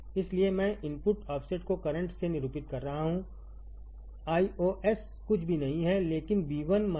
इसलिए मैं input offset को करंट से निरूपित कर रहा हूं Iiosकुछ भी नहीं है लेकिन Ib1 Ib2